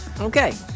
Okay